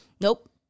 nope